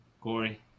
Corey